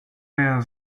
wear